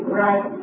right